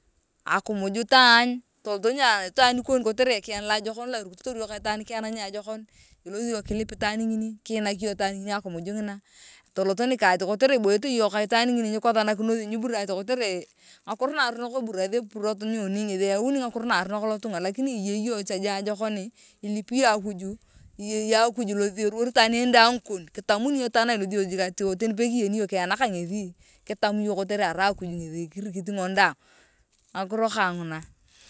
Akimuj taany tolot ni ataan kon kotere ekiyan loajokon lo irukitotor ka itwaan kiyana niajokon ilothi nyong kilip itwaan ngini kiinak iyong itwaan ngini akimuj ngina tolot ni ka ati kotere iboyenete yong ka itwaan ngitii nyikothanakinothi nyiburaate kotere ngakiro naaronok eburath epurot nyoni ngethi iyewauni ngakiro naaronok lotunga lakini iyei cha jik niajokoni ilipi yong akuju eyei akuj eruwor itwaan een dang ikon kitamuni yong itwaan na ilothio yong jik tani pekiyeni iyong kiyana kangethi kitan yong kotere arai akuj ngethi kirikit yong ka ngon daang ngakiro ka nguna.